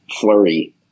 flurry